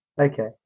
okay